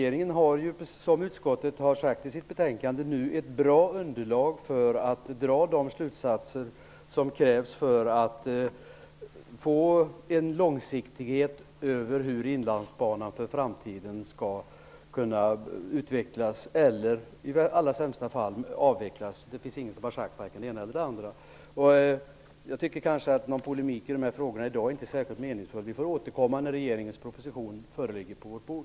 Regeringen har ju, som utskottet har sagt i sitt betänkande, ett bra underlag för att dra de slutsatser som krävs för att det skall bli en långsiktighet i Inlandsbanans utveckling eller, i allra sämsta fall, för dess avveckling. Det finns ingen som har sagt varken det ena eller andra. Jag tycker inte att det är meningsfullt att polemisera i dessa frågor i dag. Vi får återkomma när regeringens proposition föreligger på vårt bord.